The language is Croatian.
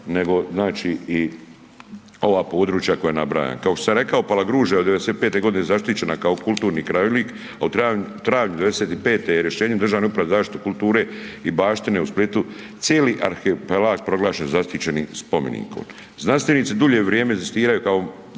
nego i ova područja koja nabrajam. Kako sam rekao Palagruža je od 95. godine zaštićena kao kulturni krajolik, a u travnju 95. je rješenjem od Državne uprave za zaštitu kulture i baštine u Splitu cijeli arhipelag proglašen zaštićenim spomenikom. Znanstvenici dulje vrijeme inzistiraju kao